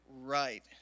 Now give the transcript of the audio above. Right